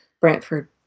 Brantford